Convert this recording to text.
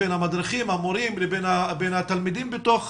בין המדריכים והמורים לבין התלמידים בתוך